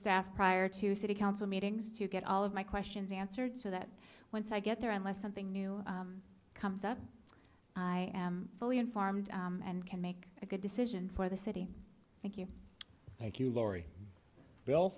staff prior to city council meetings to get all of my questions answered so that once i get there unless something new comes up i am fully informed and can make a good decision for the city thank you thank you lori bell